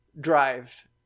drive